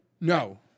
No